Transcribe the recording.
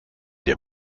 der